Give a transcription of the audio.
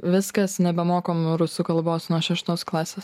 viskas nebemokom rusų kalbos nuo šeštos klasės